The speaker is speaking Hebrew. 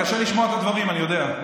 קשה לשמוע את הדברים, אני יודע.